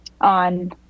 on